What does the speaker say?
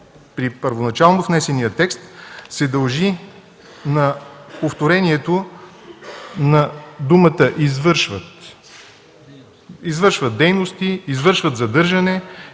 при първоначално внесения текст, се дължи на повторението на думата „извършват” – извършват дейности, извършват задържане